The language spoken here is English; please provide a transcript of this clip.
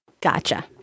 Gotcha